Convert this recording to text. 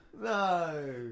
No